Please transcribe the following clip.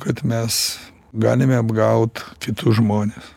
kad mes galime apgaut kitus žmones